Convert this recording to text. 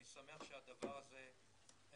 אני שמח שהדבר הזה נמנע.